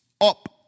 up